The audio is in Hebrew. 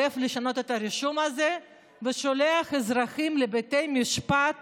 לשנות את הרישום הזה ושולח אזרחים לבתי משפט